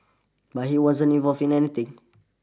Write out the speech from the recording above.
but he wasn't involved in anything